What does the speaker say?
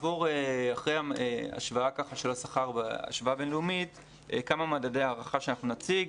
אחרי ההשוואה הבינלאומית של השכר נעבור לכמה מדדי הערכה שאנחנו נציג,